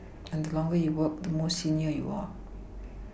and the longer you work the more senior you are